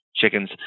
chickens